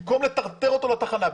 במקום לטרטר אותו לתחנה,